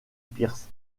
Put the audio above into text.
pierce